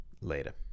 later